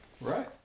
Right